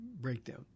breakdown